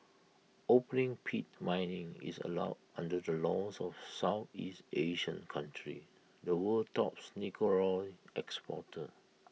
opening pit mining is allowed under the laws of Southeast Asian country the world's tops nickel ore exporter